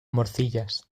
morcillas